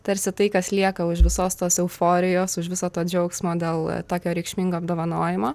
tarsi tai kas lieka už visos tos euforijos už viso to džiaugsmo dėl tokio reikšmingo apdovanojimo